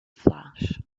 flash